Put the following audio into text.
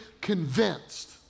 convinced